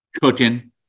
cooking